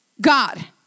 God